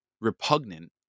repugnant